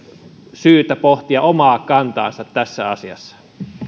syytä pohtia omaa kantaansa tässä asiassa